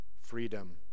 freedom